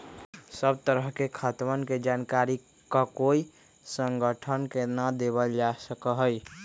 सब तरह के खातवन के जानकारी ककोई संगठन के ना देवल जा सका हई